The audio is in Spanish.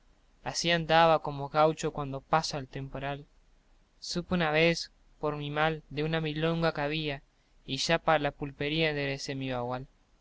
ansí andaba como guacho cuando pasa el temporal supe una vez por mi mal de una milonga que había y ya pa la pulpería enderecé mi bagual